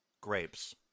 Grapes